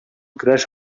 көрәш